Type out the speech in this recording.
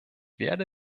werde